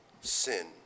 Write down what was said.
sin